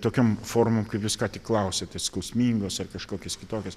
tokiom formom kaip jūs ką tik klausėte skausmingos ar kažkokios kitokios